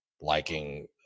liking